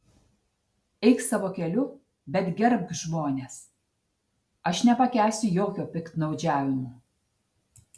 eik savo keliu bet gerbk žmones aš nepakęsiu jokio piktnaudžiavimo